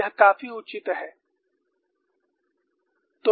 यह काफी उचित है